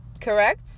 correct